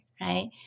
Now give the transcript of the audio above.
right